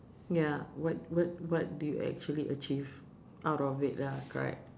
ya what what what do you actually achieve out of it lah correct